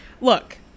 Look